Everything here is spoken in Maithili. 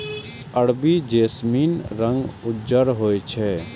अरबी जैस्मीनक रंग उज्जर होइ छै